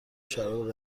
شراب